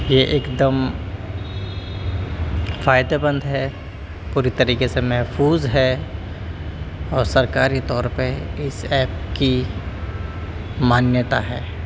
یہ ایک دم فائدے مند ہے پوری طریقے سے محفوظ ہے اور سرکاری طور پہ اس ایپ کی مانیتا ہے